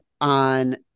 on